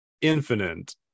infinite